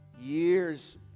years